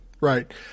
right